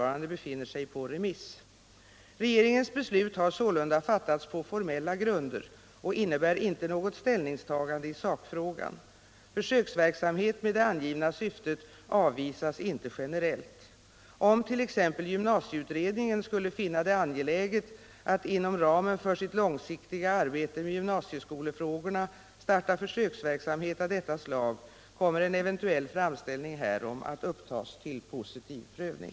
Regeringens beslut har sålunda fattats på formella grunder och innebär inte något ställningstagande i sakfrågan. Försöksverksamhet med det angivna syftet avvisas inte generellt. Om t.ex. gymnasicutredningen skulle finna det angeläget att inom ramen för sitt långsiktiga arbete med gymnasieskolefrågorna starta försöksverksamhet av detta slag, kommer en eventuell framställning härom att upptas till positiv prövning.